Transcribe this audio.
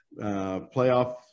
playoff